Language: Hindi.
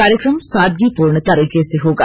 कार्यक्रम सादगीपूर्ण तरीके से होगा